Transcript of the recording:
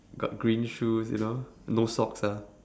got green shoes you know no socks ah